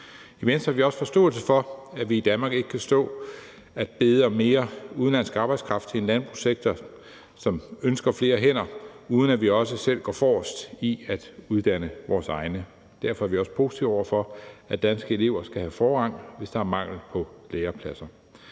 I Venstre har vi også forståelse for, at vi i Danmark ikke kan stå og bede om mere udenlandsk arbejdskraft til en landbrugssektor, som ønsker flere hænder, uden at vi også selv går forrest i at uddanne vores egne. Derfor er vi også positive over for, at danske elever skal have forrang, hvis der er mangel på lærepladser.